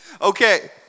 Okay